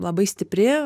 labai stipri